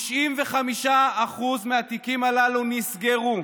95% מהתיקים הללו נסגרו,